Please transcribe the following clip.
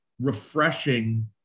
refreshing